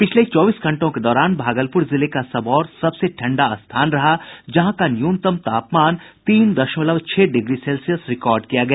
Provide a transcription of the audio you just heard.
पिछले चौबीस घंटों के दौरान भागलपुर जिले का सबौर सबसे ठंडा स्थान रहा जहां का न्यूनतम तापमान तीन दशमलव छह डिग्री सेल्सियस रिकार्ड किया गया